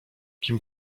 kim